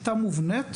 מובנית,